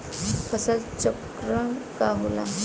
फसल चक्रण का होला?